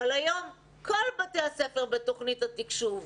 אבל היום כל בתי הספר בתוכנית התקשוב,